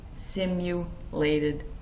simulated